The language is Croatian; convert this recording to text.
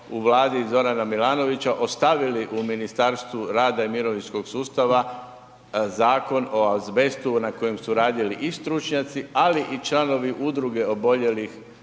u Vladi Zorana Milanovića ostavili u Ministarstvu rada i mirovinskog sustava Zakon o azbestu na kojem su radili i stručnjaci ali i članovi udruge oboljelih